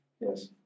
yes